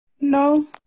No